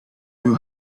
will